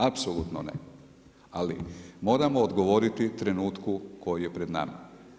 Apsolutno ne, ali moramo odgovoriti u trenutku koji je pred nama.